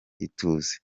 ituze